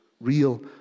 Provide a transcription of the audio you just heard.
real